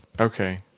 Okay